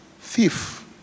thief